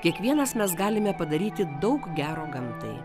kiekvienas mes galime padaryti daug gero gamtai